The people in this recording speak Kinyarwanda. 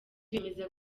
bemeza